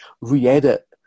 re-edit